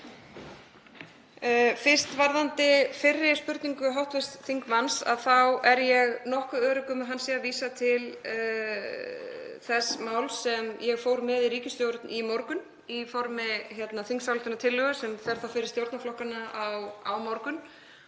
Fyrst varðandi fyrri spurningu hv. þingmanns þá er ég nokkuð örugg um að hann sé að vísa til þess máls sem ég fór með til ríkisstjórnar í morgun í formi þingsályktunartillögu, sem fer fyrir stjórnarflokkana á morgun